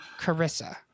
Carissa